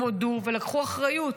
הם הודו ולקחו אחריות,